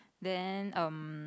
then um